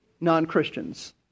non-Christians